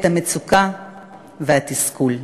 את המצוקה והתסכול.